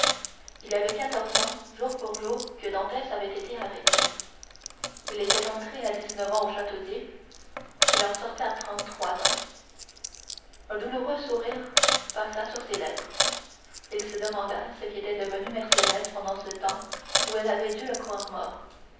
il y avait quatorze ans jour pour jour que dantès avait été arrêté il était entré à dix-neuf ans au château d'if il en sortait à trente-trois ans un douloureux sourire passa sur ses lèvres il se demanda ce qu'était devenue mercédès pendant ce temps où elle avait dû le croire mort